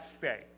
say